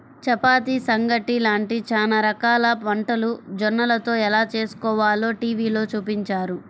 చపాతీ, సంగటి లాంటి చానా రకాల వంటలు జొన్నలతో ఎలా చేస్కోవాలో టీవీలో చూపించారు